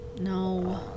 No